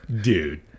Dude